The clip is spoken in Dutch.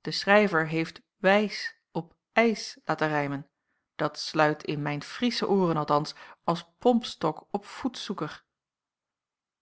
de schrijver heeft wijs op eisch laten rijmen dat sluit in mijn friesche ooren althans als pompstok op voetzoeker